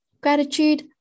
gratitude